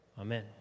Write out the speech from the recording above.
Amen